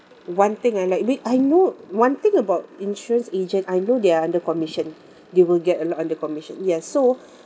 one thing I like wait I know one thing about insurance agent I know they are under commission they will get a lot under commission ya so